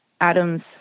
atoms